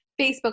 Facebook